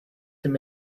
him